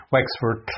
Wexford